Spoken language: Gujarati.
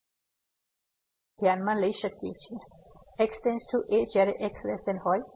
તેથી a→x જ્યારે x અને xa લેતા હોય છે અને આપણે બીજા ઇન્ટરવલ ને પણ ધ્યાનમાં લઈ શકીએ છીએ x → a જ્યારે xa હોય